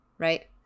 Right